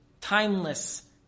Timeless